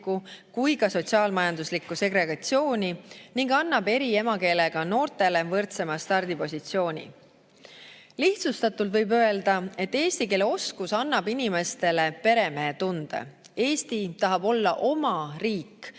kui ka sotsiaal-majanduslikku segregatsiooni ning annab eri emakeelega noortele võrdsema stardipositsiooni. Lihtsustatult võib öelda, et eesti keele oskus annab inimestele peremehetunde. Eesti tahab olla oma riik